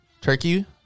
turkey